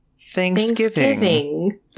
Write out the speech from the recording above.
Thanksgiving